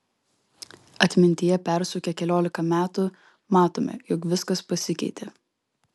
atmintyje persukę keliolika metų matome jog viskas pasikeitė